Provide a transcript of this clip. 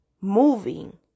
moving